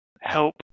help